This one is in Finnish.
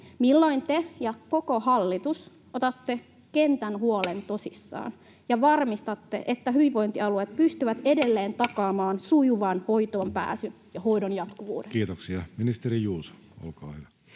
milloin te ja koko hallitus otatte kentän huolen tosissaan ja varmistatte, että hyvinvointialueet pystyvät edelleen takaamaan sujuvan hoitoonpääsyn ja hoidon jatkuvuuden? Kiitoksia. — Ministeri Juuso.